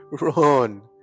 run